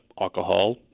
alcohol